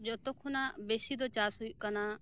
ᱡᱚᱛᱚ ᱠᱷᱚᱱᱟᱜ ᱵᱮᱥᱤ ᱫᱚ ᱪᱟᱥ ᱦᱩᱭᱩᱜ ᱠᱟᱱᱟ